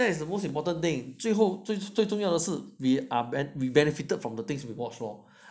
that is the most important thing 最后最最重要的是 we are ben~ we benefited from the things we watch lor